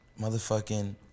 motherfucking